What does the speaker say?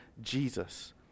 Jesus